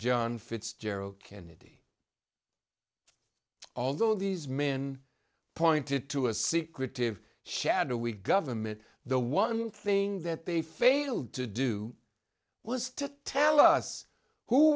john fitzgerald kennedy although these men pointed to a secretive shadowy government the one thing that they failed to do was to tell us who